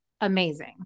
amazing